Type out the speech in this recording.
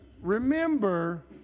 remember